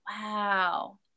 wow